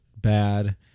bad